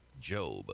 Job